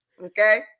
okay